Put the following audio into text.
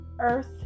earth